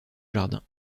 jardin